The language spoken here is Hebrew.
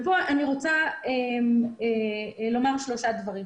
ופה אני רוצה לומר שלושה דברים.